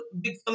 Big